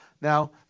Now